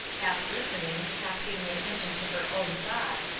half listening, half giving attention to her own thoughts,